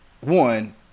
one